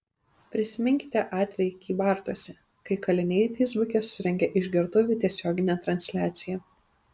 prisiminkite atvejį kybartuose kai kaliniai feisbuke surengė išgertuvių tiesioginę transliaciją